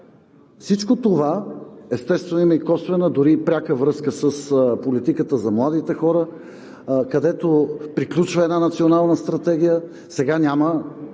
има косвена, дори и пряка връзка с политиката за младите хора, където приключва една национална стратегия.